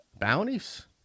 Bounties